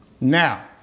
Now